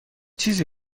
چیزی